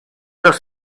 los